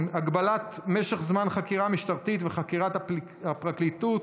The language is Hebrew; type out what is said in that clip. הגבלת משך זמן החקירה המשטרתית וחקירת הפרקליטות),